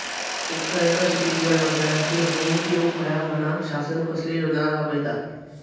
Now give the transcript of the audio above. शेतकऱ्यांका शेतीच्या व्यवसायात स्थिर होवुक येऊक होया म्हणान शासन कसले योजना राबयता?